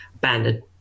banded